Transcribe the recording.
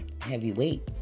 heavyweight